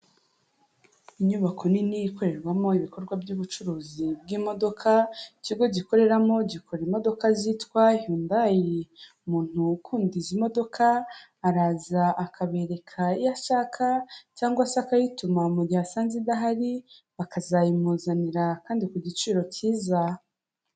Inyubako nini ikorerwamo ibikorwa by'ubucuruzi bw'imodoka, ikigo gikoreramo gikora imodoka zitwa Hyundai, umuntu ukunda izi modoka, araza akabereka iyo ashaka cyangwa se akayituma mu gihe asanze idahari, bakazayimuzanira kandi ku giciro cyiza.